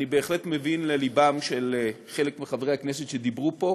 אני בהחלט מבין ללבם של חלק מחברי הכנסת שדיברו פה,